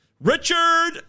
Richard